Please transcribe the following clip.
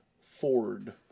Ford